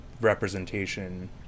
representation